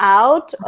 out